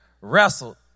wrestled